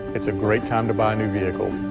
it's a great time to buy a new vehicle.